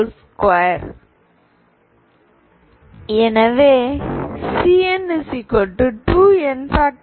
2 எனவே Cn2n